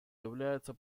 является